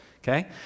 okay